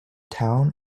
town